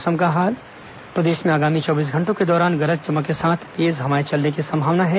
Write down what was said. मौसम प्रदेश में आगामी चौबीस घंटों के दौरान गरज चमक के साथ तेज हवाएं चलने की संभावना है